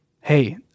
hey